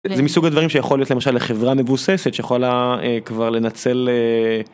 זה מסוג הדברים שיכול להיות למשל חברה מבוססת שיכולה כבר לנצל אהה..